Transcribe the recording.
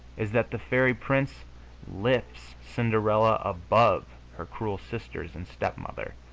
is that the fairy prince lifts cinderella above her cruel sisters and stepmother,